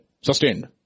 Sustained